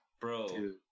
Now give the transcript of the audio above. bro